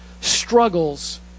Struggles